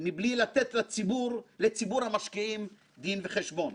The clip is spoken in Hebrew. מבלי לתת לציבור המשקיעים דין וחשבון.